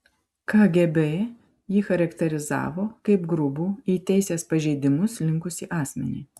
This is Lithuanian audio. kgb jį charakterizavo kaip grubų į teisės pažeidimus linkusį asmenį